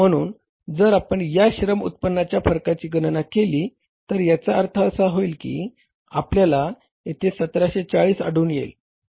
म्हणून जर आपण या श्रम उत्पन्नाच्या फरकाची गणना केली तर याचा अर्थ असा होईल की आपल्याला येथे 1740 आढळून येईल व हे अनुकूल असेल